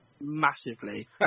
Massively